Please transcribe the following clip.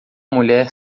mulher